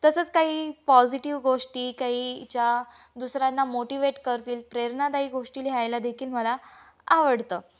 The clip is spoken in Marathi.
तसंच काही पॉझिटिव्ह गोष्टी काही ज्या दुसऱ्यांना मोटिवेट करतील प्रेरणादायी गोष्टी लिहायला देखील मला आवडतं